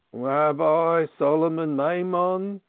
rabbi solomon maimon,